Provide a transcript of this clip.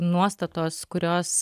nuostatos kurios